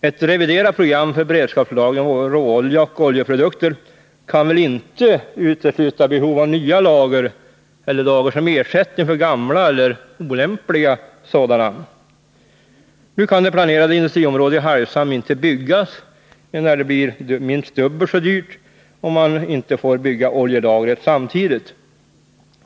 Ett reviderat program för beredskapslagring av råolja och oljeprodukter kan väl inte utesluta behov av nya lager eller lager som ersättning för gamla eller olämpliga sådana! - Nu kan det planerade industriområdet i Hargshamn inte byggas — det blir minst dubbelt så dyrt om man inte får bygga oljelagret samtidigt.